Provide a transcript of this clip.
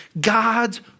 God's